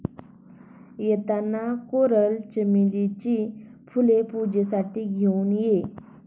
येताना कोरल चमेलीची फुले पूजेसाठी घेऊन ये